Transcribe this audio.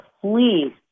please